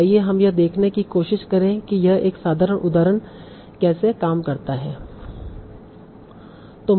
तो आइए हम यह देखने की कोशिश करें कि यह एक साधारण उदाहरण पर कैसे काम करता है